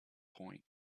point